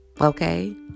Okay